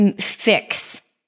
fix